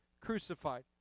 crucified